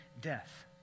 death